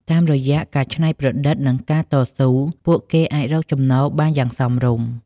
តាមរយៈការច្នៃប្រឌិតនិងការតស៊ូ ពួកគេអាចរកចំណូលបានយ៉ាងសមរម្យ។